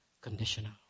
conditional